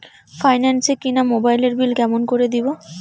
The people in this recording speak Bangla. ফাইন্যান্স এ কিনা মোবাইলের বিল কেমন করে দিবো?